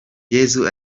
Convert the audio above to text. yesu